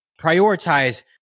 Prioritize